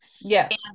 Yes